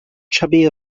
chubby